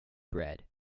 bread